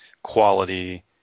Quality